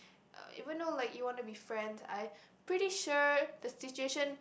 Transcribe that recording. uh even know like you want to be friend I pretty sure the situation